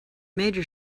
major